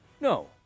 No